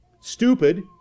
stupid